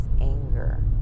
anger